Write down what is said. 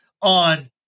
on